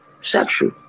sexual